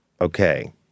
Okay